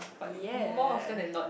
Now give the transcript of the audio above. yea